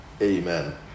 Amen